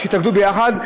שהתאגדו יחד,